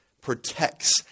protects